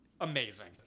amazing